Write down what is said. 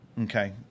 okay